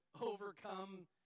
overcome